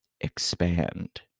expand